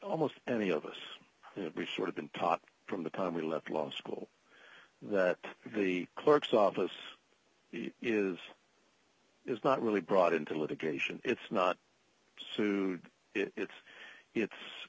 almost any of us have we sort of been taught from the time we left law school that the clerk's office is not really brought into litigation it's not sued it's it's